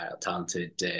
talented